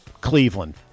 Cleveland